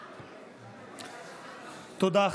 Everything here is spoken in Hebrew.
תודה.